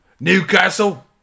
Newcastle